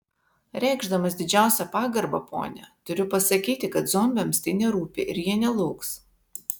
reikšdamas didžiausią pagarbą ponia turiu pasakyti kad zombiams tai nerūpi ir jie nelauks